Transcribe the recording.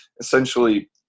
essentially